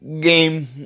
game